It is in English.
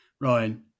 Ryan